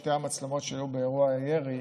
שתי המצלמות שהיו באירוע הירי,